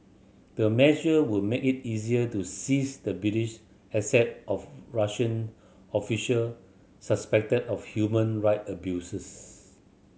the measure would make it easier to seize the British asset of Russian official suspected of human right abuses